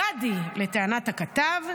גדי, לטענת הכתב,